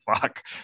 fuck